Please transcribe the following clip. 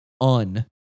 un